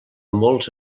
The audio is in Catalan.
molts